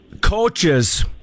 coaches